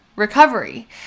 Recovery